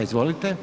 Izvolite.